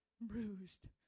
bruised